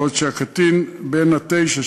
בעוד הקטין בן התשע,